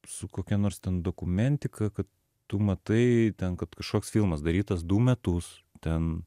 su kokia nors ten dokumentika kad tu matai ten kad kažkoks filmas darytas du metus ten